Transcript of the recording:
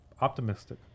optimistic